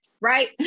right